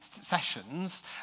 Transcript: sessions